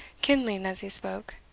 kindling as he spoke,